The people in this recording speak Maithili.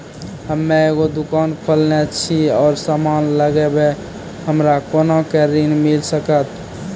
हम्मे एगो दुकान खोलने छी और समान लगैबै हमरा कोना के ऋण मिल सकत?